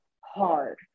hard